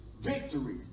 victory